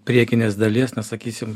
priekinės dalies na sakysim